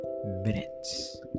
minutes